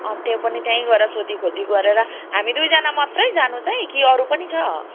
त्यो पनि त्यहीँ गएर सोधिखोजी गरेर हामी दुईजना मात्रै जानु छ है कि अरू पनि छ